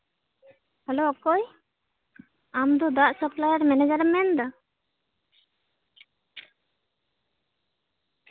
hello ᱚᱠᱚᱭ ᱟᱢᱫᱚ ᱫᱟᱜ ᱥᱟᱯᱞᱟᱭᱟᱨ ᱢᱮᱱᱮᱡᱟᱨᱮᱢ ᱢᱮᱱᱫᱟ